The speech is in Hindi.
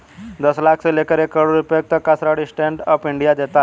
दस लाख से लेकर एक करोङ रुपए तक का ऋण स्टैंड अप इंडिया देता है